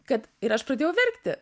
kad ir aš pradėjau verkti